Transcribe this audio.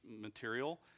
material